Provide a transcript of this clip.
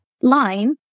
line